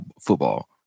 football